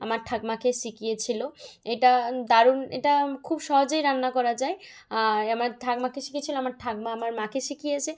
আমার ঠাকুমাকে শিখিয়েছিল এটা দারুণ এটা খুব সহজেই রান্না করা যায় আয় আমার ঠাকুমাকে শিখিয়েছিল আমার ঠাকুমা আমার মাকে শিখিয়েছে